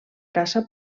caça